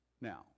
now